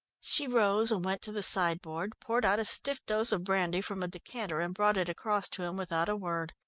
she rose and went to the sideboard, poured out a stiff dose of brandy from a decanter and brought it across to him without a word.